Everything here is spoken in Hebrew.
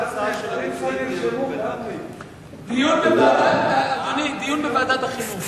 כל הצעה של המציעים, אדוני, דיון בוועדת החינוך.